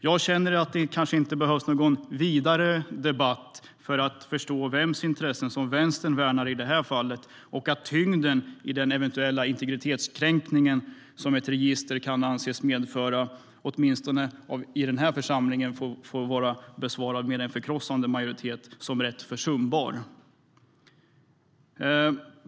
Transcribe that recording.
Jag känner att det kanske inte behövs någon vidare debatt för att förstå vems intressen Vänstern värnar i det här fallet och att tyngden i den eventuella integritetskränkning ett register kan anses medföra får ses som rätt försumbar, åtminstone av en förkrossande majoritet i den här församlingen.